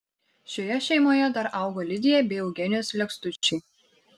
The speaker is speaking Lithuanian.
šioje šeimoje dar augo lidija bei eugenijus lekstučiai